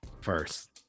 first